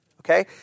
Okay